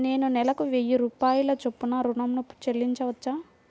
నేను నెలకు వెయ్యి రూపాయల చొప్పున ఋణం ను చెల్లించవచ్చా?